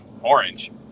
orange